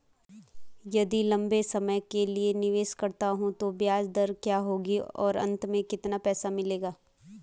यदि लंबे समय के लिए निवेश करता हूँ तो ब्याज दर क्या होगी और अंत में कितना पैसा मिलेगा?